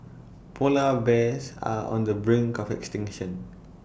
Polar Bears are on the brink of extinction